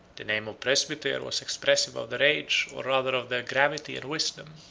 the name of presbyter was expressive of their age, or rather of their gravity and wisdom.